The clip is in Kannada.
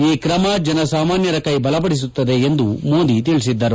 ಈ ಕ್ರಮ ಜನಸಾಮಾನ್ನರ ಕೈ ಬಲಪಡಿಸುತ್ತದೆ ಎಂದು ಮೋದಿ ತಿಳಿಸಿದ್ದರು